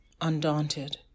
undaunted